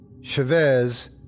Chavez